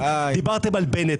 דיברתם על בנט,